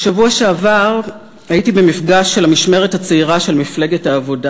בשבוע שעבר הייתי במפגש של המשמרת הצעירה של מפלגת העבודה,